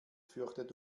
fürchtet